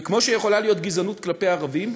וכמו שיכולה להיות גזענות כלפי ערבים,